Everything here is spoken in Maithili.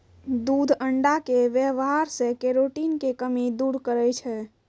दूध अण्डा के वेवहार से केरोटिन के कमी दूर करै छै